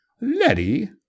Letty